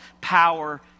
power